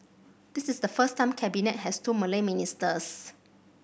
this is the first time Cabinet has two Malay ministers